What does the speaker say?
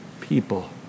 people